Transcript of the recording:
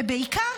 ובעיקר,